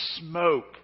smoke